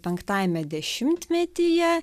penktajame dešimtmetyje